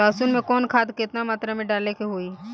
लहसुन में कवन खाद केतना मात्रा में डाले के होई?